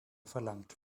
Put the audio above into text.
verlangt